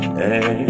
hey